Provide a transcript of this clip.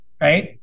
right